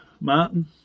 Martin